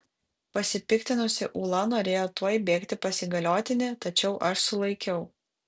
pasipiktinusi ula norėjo tuoj bėgti pas įgaliotinį tačiau aš sulaikiau